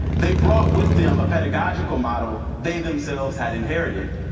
they brought with them a pedagogical model they themselves had inherited.